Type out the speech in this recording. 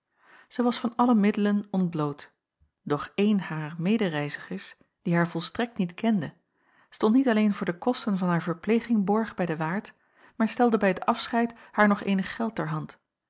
zij was van alle middelen ontbloot doch een harer medereizigers die haar volstrekt niet kende stond niet alleen voor de kosten van haar verpleging borg bij den waard maar stelde bij t afscheid haar nog eenig geld ter hand